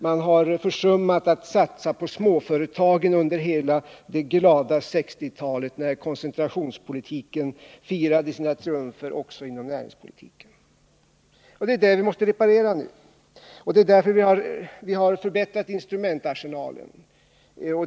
Man har försummat att satsa på småföretag under Nr 26 hela ”det glada 60-talet”. Koncentrationspolitiken firade sina triumfer också Måndagen den inom näringspolitiken. 12 november 1979 Det är detta vi måste reparera nu, och det är därför vi har förbättrat instrumentarsenalen.